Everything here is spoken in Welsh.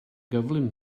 gyflym